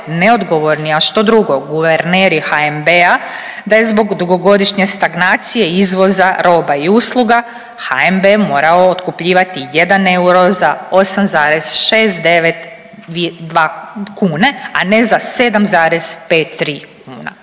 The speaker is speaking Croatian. neodgovorni, a što drugo, guverneri HNB-a, da je zbog dugogodišnje stagnacije izvoza roba i usluga HNB morao otkupljivati jedan euro za 8,692 kune, a na za 7,53 kuna.